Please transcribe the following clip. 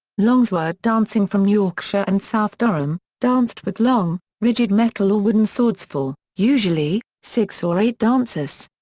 longsword dancing from yorkshire and south durham, danced with long, rigid metal or wooden swords for, usually, six or eight dancers.